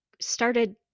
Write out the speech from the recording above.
started